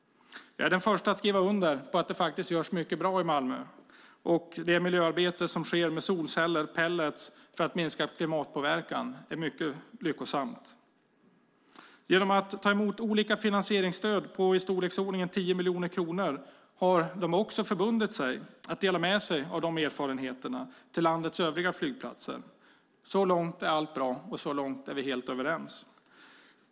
Jag är den första att skriva under på att det görs mycket som är bra i Malmö. Det miljöarbete som sker med solceller och pelletar för att minska klimatpåverkan är mycket lyckosamt. Genom att ta emot olika finansieringsstöd på i storleksordningen 10 miljoner kronor har de också förbundit sig att dela med sig av sina erfarenheter till landets övriga flygplatser. Så långt är allt bra, och så långt är vi helt överens.